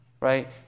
right